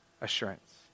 assurance